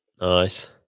Nice